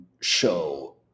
show